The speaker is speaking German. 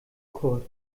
kurt